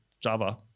java